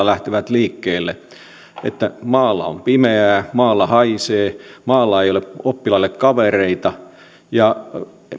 lähtevät liikkeelle sillä asenteella että maalla on pimeää maalla haisee maalla ei ei ole oppilaille kavereita ja